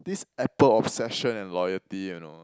this Apple obsession and loyalty you know